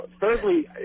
thirdly